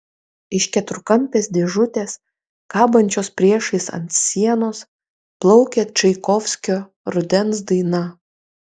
iš keturkampės dėžutės kabančios priešais ant sienos plaukė čaikovskio rudens daina